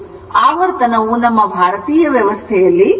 ಆವರ್ತನವು ನಮ್ಮ ಭಾರತೀಯ ವ್ಯವಸ್ಥೆಯಲ್ಲಿ 50 Hertz ಆಗಿದೆ